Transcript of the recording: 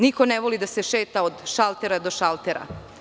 Niko ne voli da se šeta od šaltera do šaltera.